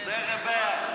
תודה רבה.